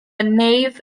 nave